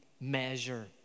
measure